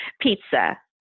Pizza